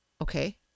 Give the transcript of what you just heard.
Okay